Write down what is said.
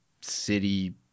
city